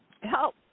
help